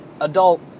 adult